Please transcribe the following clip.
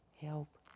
help